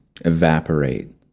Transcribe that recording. evaporate